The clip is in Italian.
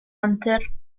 hunter